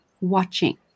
watching